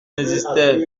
n’existaient